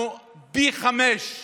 אנחנו במדינת ישראל